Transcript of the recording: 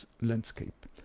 landscape